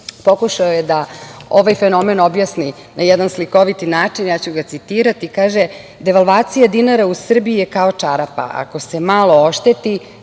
pokušao je da ovaj fenomen objasni na jedan slikovit način, ja ću ga citirati, kaže – „Devalvacija dinara u Srbiji je kao čarapa, ako se malo ošteti